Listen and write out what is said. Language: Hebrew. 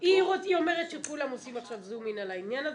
היא אומרת שכולם עושים עכשיו זום אין על העניין הזה.